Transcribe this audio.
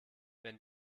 wenn